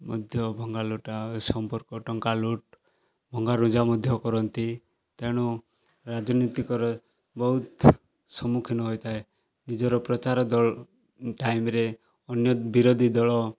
ମଧ୍ୟ ଭଙ୍ଗା ଲୁଟା ଓ ସମ୍ପର୍କ ଟଙ୍କା ଲୁଟ୍ ଭଙ୍ଗାରୁଜା ମଧ୍ୟ କରନ୍ତି ତେଣୁ ରାଜନୀତିକରେ ବହୁତ ସମ୍ମୁଖୀନ ହୋଇଥାଏ ନିଜର ପ୍ରଚାର ଦଳ ଟାଇମ୍ରେ ଅନ୍ୟ ବିରୋଧୀ ଦଳ